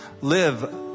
live